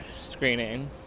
screening